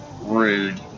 rude